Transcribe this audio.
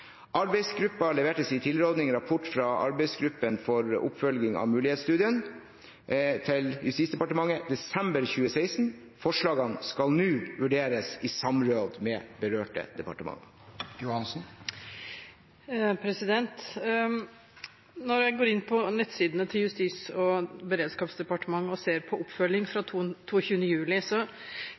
leverte sin tilråding «Rapport fra arbeidsgruppen for oppfølging av Mulighetsstudien» til Justisdepartementet i desember 2016. Forslagene skal nå vurderes i samråd med berørte departement. Når jeg går inn på nettsidene til Justis- og beredskapsdepartementet og ser på oppfølgingen etter 22. juli, står bl.a. samarbeid mellom beredskapsaktører som ett punkt, og så